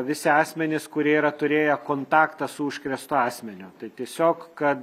visi asmenys kurie yra turėję kontaktą su užkrėstu asmeniu tai tiesiog kad